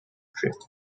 tripp